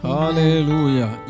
Hallelujah